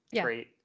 great